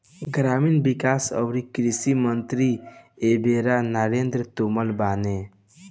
ग्रामीण विकास अउरी कृषि मंत्री एबेरा नरेंद्र तोमर बाने